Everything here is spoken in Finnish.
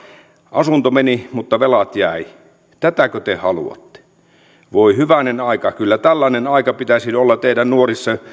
asunto meni mutta velat jäivät tätäkö te haluatte voi hyvänen aika kyllä tällaisen ajan pitäisi olla teidän nuorissa